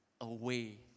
away